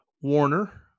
Warner